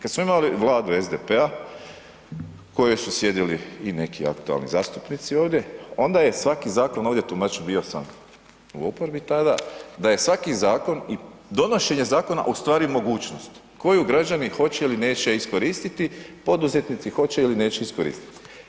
Kad smo imali vladu SDP-a u kojoj su sjedili i neki aktualni zastupnici ovdje onda je svaki zakon ovdje, too much bio sam u oporbi tada, da je svaki zakon i donošenje zakona u stvari mogućnost koju građani hoće ili neće iskoristiti, poduzetnici hoće ili neće iskoristiti.